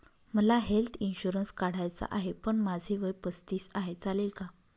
मला health insurance काढायचा आहे पण माझे वय पस्तीस आहे, चालेल का?